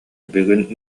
бүгүн